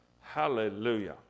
Hallelujah